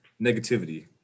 negativity